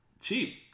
cheap